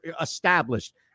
established